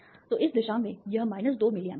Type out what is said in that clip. तो इस दिशा में यह 2 मिलीए है